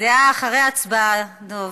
הדעה אחרי ההצבעה, דב.